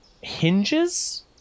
hinges